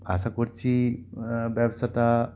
আশা করছি ব্যবসাটা